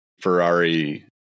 Ferrari